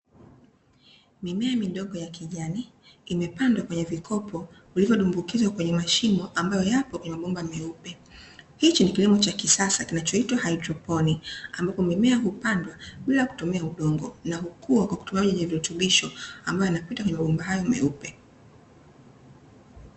Mimea midogo ya kijani imepandwa kwenye vikopo vilivyo dumbukizwa kwenye mashimo ambayo yapo kwenye mabomba meupe. Hichi ni kilimo cha kisasa kinachoitwa haidroponi, ambapo mimea hupandwa bila kutumia udongo na kukua kwa kutumia maji yenye virutubisho ambayo yanapita kwenye mabomba hayo meupe.